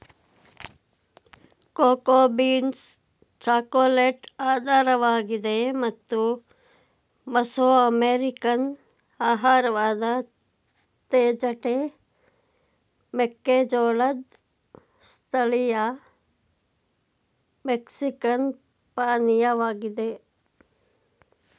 cocoa beans chocolate ಆಧಾರವಾಗಿದೆ ಮತ್ತು Mesoamerican ಆಹಾರವಾದ ತೇಜಟೆ ಮೆಕ್ಕೆಜೋಳದ್ ಸ್ಥಳೀಯ ಮೆಕ್ಸಿಕನ್ ಪಾನೀಯವಾಗಿದೆ